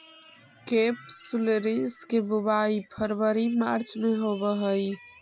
केपसुलरिस के बुवाई फरवरी मार्च में होवऽ हइ